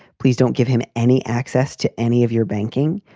please don't give him any access to any of your banking.